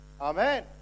amen